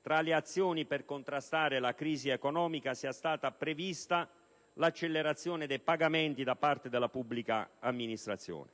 tra le azioni per contrastare la crisi economica sia stata prevista l'accelerazione dei pagamenti da parte della pubblica amministrazione,